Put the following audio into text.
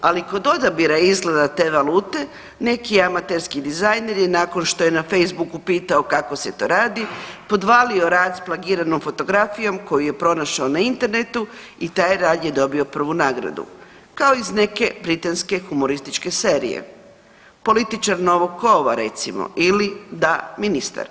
Ali kod odabira izgleda te valute neki amaterski dizajner nakon što je na Facebooku pitao kako se to radi podvalio rad sa plagiranom fotografijom koju je pronašao na Internetu i taj rad je dobio prvu nagradu kao iz neke britanske humorističke serije „Političar novog kova“ recimo ili „Da, ministar“